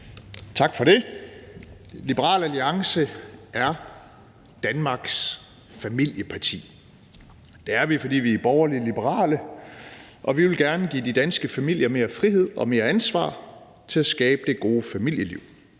Tak for det. Liberal Alliance er Danmarks familieparti. Det er vi, fordi vi er borgerlig-liberale, og vi vil gerne give de danske familier mere frihed og mere ansvar til at skabe det gode familieliv